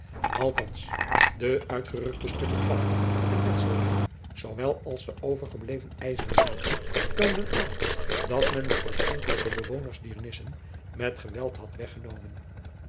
de uitgerukte stukken kalk en metselwerk zoowel als de overgebleven ijzeren bouten toonden aan dat men de oorspronkelijke bewoners dier nissen met geweld had weggenomen